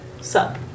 Sup